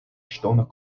ŝtona